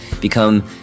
become